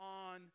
on